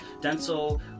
dental